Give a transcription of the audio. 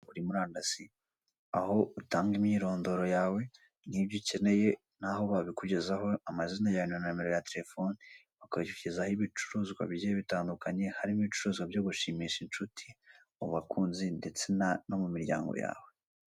Kuri murandasi aho utanga imyirondoro yawe n'ibyo ukeneye, n'aho babikugezaho, amazina yawe na nimero yawe ya telefone bakakugezaho ibicuruzwa bigiye bitandukanye harimo ibicuruzwa byo gushimisha inshuti, mu bakunzi ndetse no mu miryango yawe.